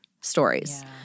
stories